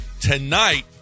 Tonight